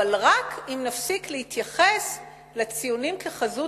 אבל רק אם נפסיק להתייחס לציונים כלחזות